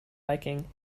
biking